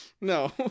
No